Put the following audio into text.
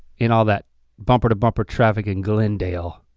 in all that bumper to bumper traffic in glendale,